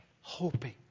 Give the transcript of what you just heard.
hoping